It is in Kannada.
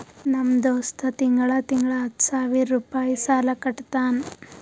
ನಮ್ ದೋಸ್ತ ತಿಂಗಳಾ ತಿಂಗಳಾ ಹತ್ತ ಸಾವಿರ್ ರುಪಾಯಿ ಸಾಲಾ ಕಟ್ಟತಾನ್